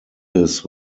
his